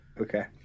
Okay